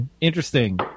interesting